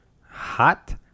Hot